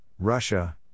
Russia